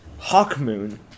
Hawkmoon